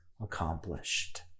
accomplished